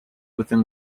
within